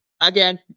again